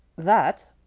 that,